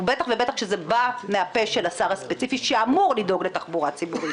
ובטח ובטח כשזה בא מהפה של השר הספציפי שאמור לדאוג לתחבורה ציבורית.